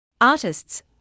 Artists